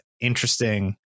interesting